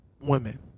Women